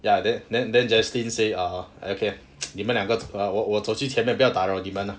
ya then then then jesley say err okay 你们 两个我我走去前面不要打扰你们 ah